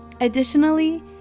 Additionally